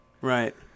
Right